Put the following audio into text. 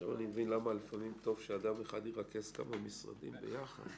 עכשיו אני מבין למה לפעמים טוב שאדם אחד ירכז כמה משרדים יחד.